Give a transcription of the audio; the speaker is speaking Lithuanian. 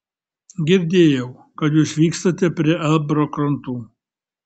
girdėjau kad jūs vykstate prie ebro krantų